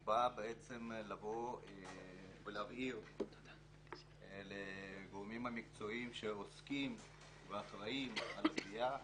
הוא בא בעצם להבהיר לגורמים המקצועיים שעוסקים ואחראיים על תביעה